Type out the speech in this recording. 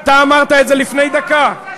אתה אמרת את זה לפני דקה.